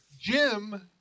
Jim